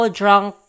drunk